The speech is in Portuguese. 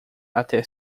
até